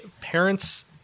parents